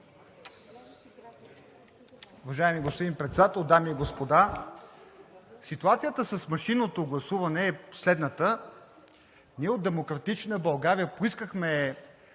Уважаеми господин Председател, дами и господа! Ситуацията с машинното гласуване е следната: ние от „Демократична България“ поискахме